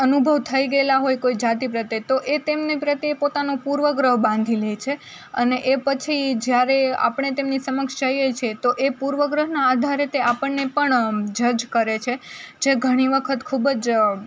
અનુભવ થઈ ગયેલાં હોય કોઈ જાતિ પ્રત્યે તો એ તેમની પ્રત્યે એ પોતાનો પૂર્વગ્રહ બાંધી લે છે અને એ પછી જ્યારે આપણે તેમની સમક્ષ જઈએ છીએ તો એ પૂર્વગ્રહના આધારે તે આપણને પણ જજ કરે છે જે ઘણી વખત ખૂબ જ